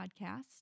podcast